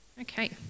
Okay